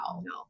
No